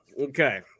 okay